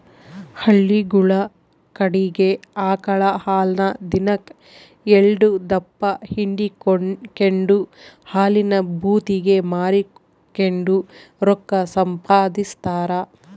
ಹಳ್ಳಿಗುಳ ಕಡಿಗೆ ಆಕಳ ಹಾಲನ್ನ ದಿನಕ್ ಎಲ್ಡುದಪ್ಪ ಹಿಂಡಿಕೆಂಡು ಹಾಲಿನ ಭೂತಿಗೆ ಮಾರಿಕೆಂಡು ರೊಕ್ಕ ಸಂಪಾದಿಸ್ತಾರ